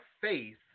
faith